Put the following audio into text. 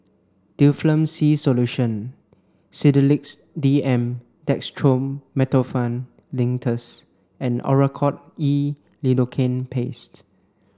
Difflam C Solution Sedilix D M Dextromethorphan Linctus and Oracort E Lidocaine Paste